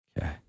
Okay